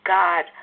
god